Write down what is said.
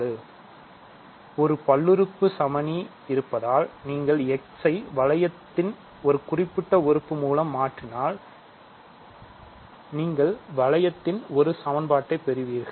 உங்களிடம் ஒரு பல்லுறுப்புறுப்பு சமணி இருந்தால் நீங்கள் x ஐ வளையத்தின் ஒரு குறிப்பிட்ட உறுப்பு மூலம் மாற்றினால் நீங்கள் வளையத்தில் ஒரு சமன்பாட்டைப் பெறுவீர்கள்